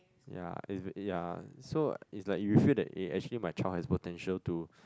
ya is is ya so like is like you feel that eh actually my child has potential to